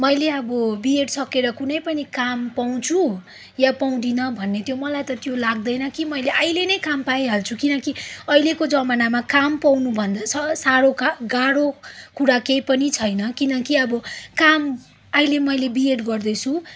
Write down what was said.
मैले अब बिएड सकेर कुनै पनि काम पाउँछु या पाउँदिनँ भन्ने त्यो मलाई त त्यो लाग्दैन कि मैले अहिले नै काम पाइहाल्छु किनकि अहिलेको जमानामा काम पाउनुभन्दा साह्रो गाह्रो कुरा केही पनि छैन किनकि अब काम अहिले मैले बिएड गर्दैछु